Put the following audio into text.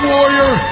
Warrior